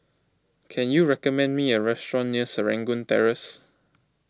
can you recommend me a restaurant near Serangoon Terrace